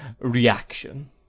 reaction